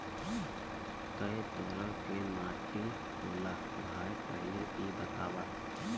कै तरह के माटी होला भाय पहिले इ बतावा?